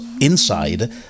inside